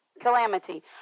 Calamity